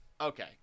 okay